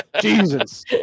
Jesus